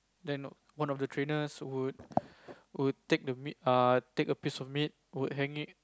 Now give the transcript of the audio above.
then one of the trainers would would take the meat err take a piece of meat and hang it